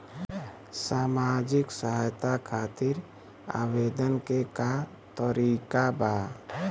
सामाजिक सहायता खातिर आवेदन के का तरीका बा?